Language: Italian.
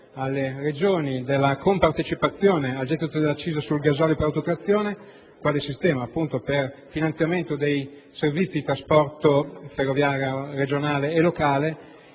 alle Regioni della compartecipazione al gettito dell'accisa sul gasolio per autotrazione quale sistema per il finanziamento dei servizi di trasporto ferroviario regionale e locale